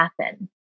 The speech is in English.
happen